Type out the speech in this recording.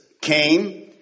came